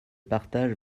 partage